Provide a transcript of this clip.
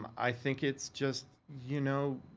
i think it's just, you know,